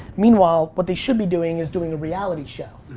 meanwhile, what they should be doing is doing a reality show.